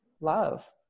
love